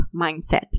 mindset